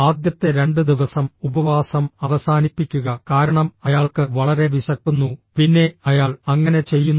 ആദ്യത്തെ രണ്ട് ദിവസം ഉപവാസം അവസാനിപ്പിക്കുക കാരണം അയാൾക്ക് വളരെ വിശക്കുന്നു പിന്നെ അയാൾ അങ്ങനെ ചെയ്യുന്നു